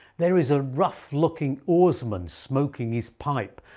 there is a rough looking oarsman smoking his pipe,